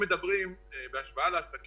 יש את עמותת